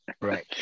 right